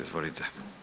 Izvolite.